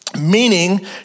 meaning